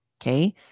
Okay